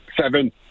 seven